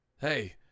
Hey